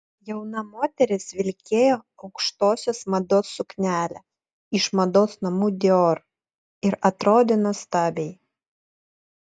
jauna moteris vilkėjo aukštosios mados suknelę iš mados namų dior ir atrodė nuostabiai